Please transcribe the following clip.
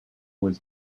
was